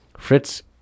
Fritz